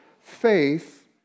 Faith